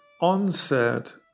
onset